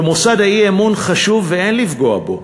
שמוסד האי-אמון חשוב ואין לפגוע בו,